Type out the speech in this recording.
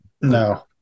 No